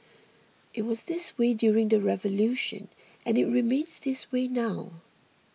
it was this way during the revolution and it remains this way now